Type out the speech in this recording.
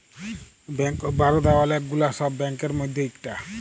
bank of Baroda ওলেক গুলা সব ব্যাংকের মধ্যে ইকটা